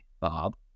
Bob